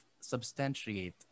substantiate